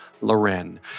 Loren